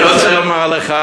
אני רוצה לומר לך,